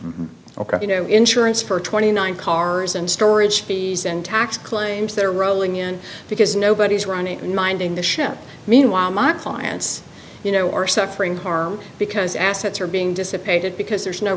anything ok you know insurance for twenty nine cars and storage fees and tax claims that are rolling in because nobody is running in minding the ship meanwhile my clients you know are suffering harm because assets are being dissipated because there's no